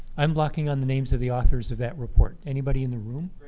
i'm blanking on the names of the authors of that report. anybody in the room?